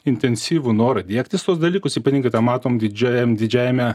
intensyvų norą diegtis tuos dalykus ypatingai tą matom didžiajam didžiajame